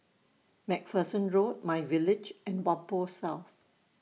MacPherson Road MyVillage and Whampoa South